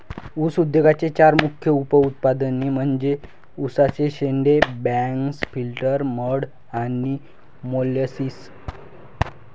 ऊस उद्योगाचे चार मुख्य उप उत्पादने म्हणजे उसाचे शेंडे, बगॅस, फिल्टर मड आणि मोलॅसिस